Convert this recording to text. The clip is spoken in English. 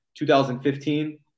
2015